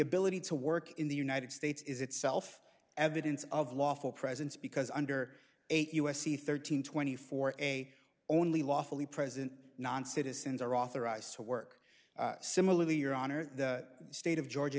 ability to work in the united states is itself evidence of lawful presence because under eight u s c thirteen twenty four a only lawfully present non citizens are authorized to work similarly your honor the state of georgia